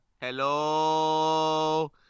Hello